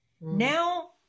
now